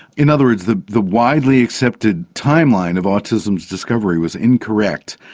in other words, the the widely accepted timeline of autism's discovery was incorrect.